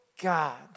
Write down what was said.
God